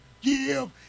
give